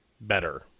better